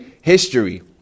history